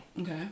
Okay